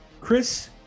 Chris